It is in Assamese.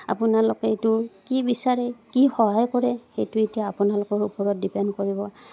আপোনালোকে এইটো কি বিচাৰে কি সহায় কৰে সেইটো এতিয়া আপোনালোকৰ ওপৰত ডিপেণ্ড কৰিব